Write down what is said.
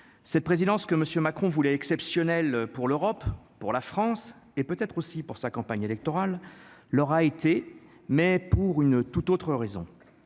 cette présidence que monsieur Macron voulait exceptionnel pour l'Europe, pour la France et peut-être aussi pour sa campagne électorale, l'aura été mais pour une toute autre raison